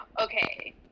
okay